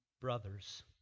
brothers